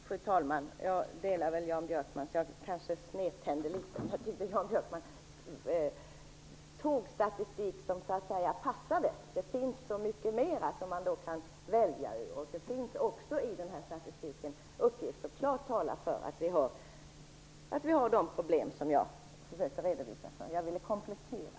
Fru talman! Jag delar Jan Björkmans uppfattning. Jag kanske snedtände litet, men jag tyckte att Jan Björkman tog statistik som "passade". Det finns så mycket mer att välja ur. Det finns också i denna statistik uppgifter som klart talar för att vi har de problem som jag försökte redovisa. Jag ville bara komplettera.